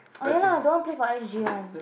oh ya lah the one play for I_s_g one